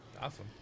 awesome